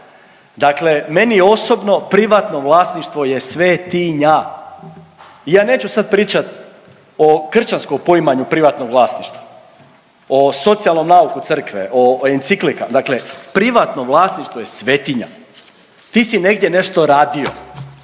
Dakle, meni je osobno privatno vlasništvo je svetinja. I ja neću sad pričat o kršćanskom poimanju privatnog vlasništva, o socijalnom nauku crkve, o enciklikama. Dakle privatno vlasništvo je svetinja. Ti si negdje nešto radio,